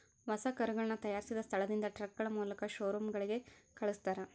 ಹೊಸ ಕರುಗಳನ್ನ ತಯಾರಿಸಿದ ಸ್ಥಳದಿಂದ ಟ್ರಕ್ಗಳ ಮೂಲಕ ಶೋರೂಮ್ ಗಳಿಗೆ ಕಲ್ಸ್ತರ